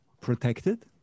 protected